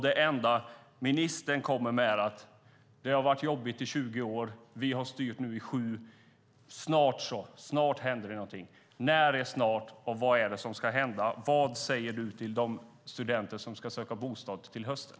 Det enda som ministern kommer med är att det har varit jobbigt i 20 år och Alliansen har styrt i sju år, men snart händer det någonting. När är snart, och vad är det som ska hända? Vad säger du till de studenter som ska söka bostad till hösten?